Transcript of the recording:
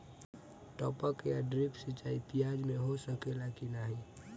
टपक या ड्रिप सिंचाई प्याज में हो सकेला की नाही?